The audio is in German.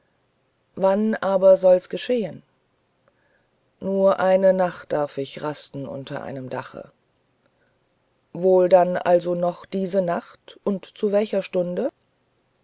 wann aber soll's geschehen nur eine nacht darf ich rasten unter einem dache wohl dann also noch diese nacht und zu welcher stunde